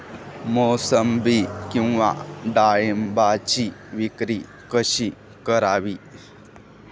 मोसंबी किंवा डाळिंबाची विक्री कशी करावी?